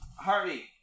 Harvey